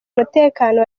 umutekano